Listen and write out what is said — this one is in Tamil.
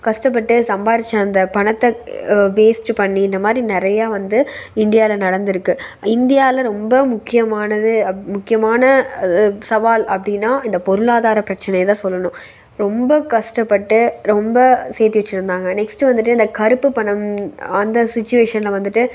கஷ்டப்பட்டு சம்பாரித்த அந்த பணத்தை வேஸ்ட் பண்ணி இந்தமாதிரி நிறைய வந்து இண்டியாவில நடந்துருக்கு இந்தியாவில ரொம்ப முக்கியமானது அப் முக்கியமான சவால் அப்படினா இந்த பொருளாதார பிரச்சனை தான் சொல்லணும் ரொம்ப கஷ்டப்பட்டு ரொம்ப சேர்த்தி வச்சிருந்தாங்க நெக்ஸ்ட் வந்துட்டு இந்த கருப்பு பணம் அந்த சிச்சுவேஷன்ல வந்துட்டு